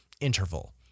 interval